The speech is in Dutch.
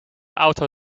auto